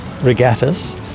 regattas